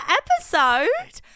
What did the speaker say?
episode